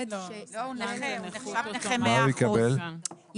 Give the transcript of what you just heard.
הוא נחשב נכה מאה אחוזים.